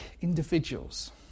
individuals